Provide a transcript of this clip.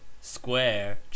square